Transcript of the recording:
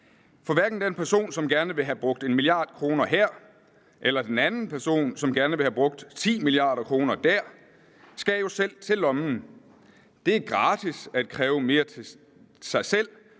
for hverken den person, som gerne vil have brugt 1 mia. kr. her, eller den anden person, som gerne vil have brugt 10 mia. kr. der, skal jo selv til lommen. Det er gratis at kræve mere til sig selv,